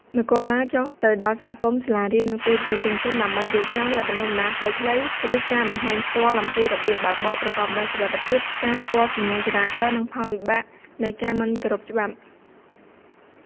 នគរបាលចុះទៅដល់សហគមន៍ សាលារៀន និងទីប្រជុំជន ដើម្បីរៀបចំ វគ្គបណ្តុះបណ្តាលខ្លីៗ ឬការបង្ហាញផ្ទាល់ អំពីរបៀបបើកបរប្រកបដោយសុវត្ថិភាព ការស្គាល់សញ្ញាចរាចរណ៍ និងផលវិបាកនៃការមិនគោរពច្បាប់។